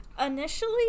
Initially